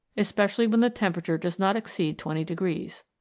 especially when the temperature does not exceed twenty degrees.